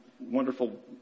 wonderful